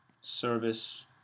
Service